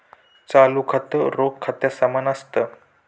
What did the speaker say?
चालू खातं, रोख खात्या समान असत